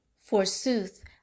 Forsooth